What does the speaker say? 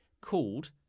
called